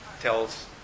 tells